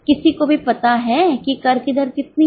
किसी को भी पता है कि कर की दर कितनी है